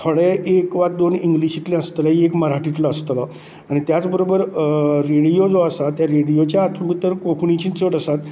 थोडे एक वा दोन इंग्लिशींतले आसतले एक मराठींतलो आसतलो आनी त्याच बरोबर रेडियो जो आसा त्या रेडियोच्या हातूंत तर कोंकणीचे चड आसात